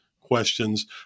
questions